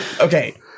okay